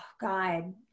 God